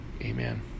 Amen